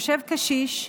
יושב קשיש,